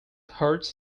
hurts